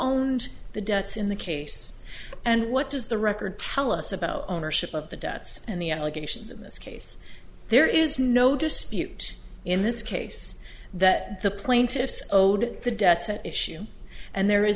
owned the debts in the case and what does the record tell us about ownership of the debts and the allegations in this case there is no dispute in this case that the plaintiffs owed the debts at issue and there is